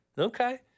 Okay